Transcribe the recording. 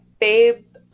babe